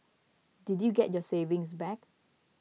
did you get your savings back